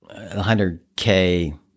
100k